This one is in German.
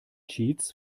cheats